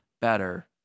better